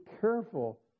careful